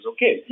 Okay